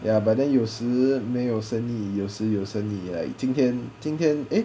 ya but then 有时没有生意有时有生意 like 今天今天 eh